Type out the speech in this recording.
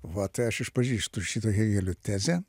vat tai aš išpažįstu šito hėgelio tezę